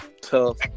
tough